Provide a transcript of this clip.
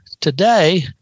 today